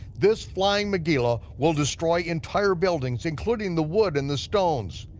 this flying megilah will destroy entire buildings, including the wood and the stones,